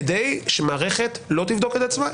כדי שמערכת לא תבדוק את עצמה,